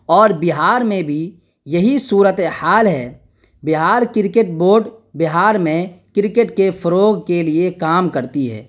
اور بہار میں بھی یہی صورت حال ہے بہار کرکٹ بورڈ بہار میں کرکٹ کے فروغ کے لیے کام کرتی ہے